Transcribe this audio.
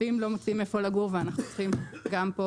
הרופאים לא מוצאים איפה לגור ואנחנו צריכים גם פה